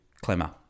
Clemmer